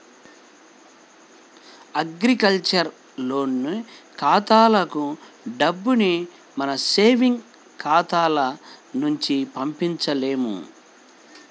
agriculture loan ఖాతాలకు డబ్బుని మన సేవింగ్స్ ఖాతాల నుంచి పంపించలేము